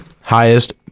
highest